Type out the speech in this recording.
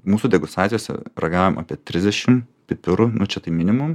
mūsų degustacijose ragavom apie trisdešim pipirų nu čia tai minimum